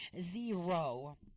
Zero